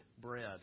bread